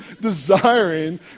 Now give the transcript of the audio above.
desiring